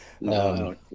No